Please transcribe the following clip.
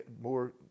more